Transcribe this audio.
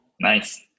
Nice